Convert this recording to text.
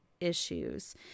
issues